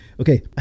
okay